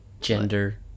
Gender